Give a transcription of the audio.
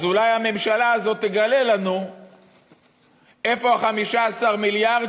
אז אולי הממשלה הזאת תגלה לנו איפה 15 המיליארד